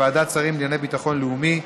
סמכות לוועדת השרים לענייני ביטחון לאומי),